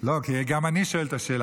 לא, כי גם אני שואל את השאלה.